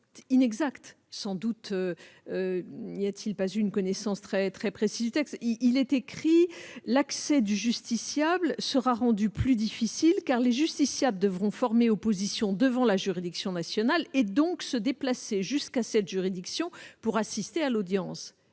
inexact- sans doute n'a-t-il pas une connaissance très précise de ce sujet. Il est écrit que « cet accès sera rendu plus difficile et plus complexe car les justiciables devront former opposition devant la juridiction unique nationale et donc se déplacer jusqu'à cette juridiction pour assister à l'audience ».